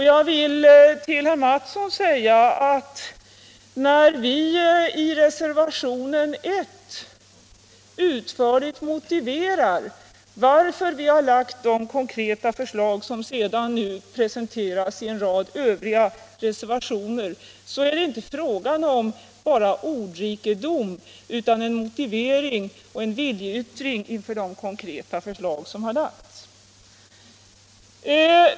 Jag vill till herr Mattsson säga att när vi i reservationen 1 utförligt motiverar varför vi har lagt fram de konkreta förslag som nu presenteras i en rad andra reservationer, är det inte fråga om bara ordrikedom utan det är en motivering och en viljeyttring inför de konkreta förslag som har lagts.